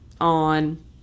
on